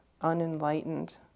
unenlightened